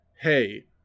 hey